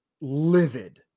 livid